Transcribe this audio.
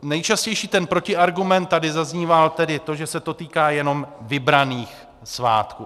Nejčastější ten protiargument tady zazníval, že se to týká jenom vybraných svátků.